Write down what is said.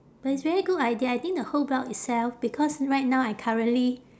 but it's very good idea I think the whole block itself because right now I currently